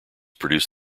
produced